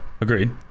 Agreed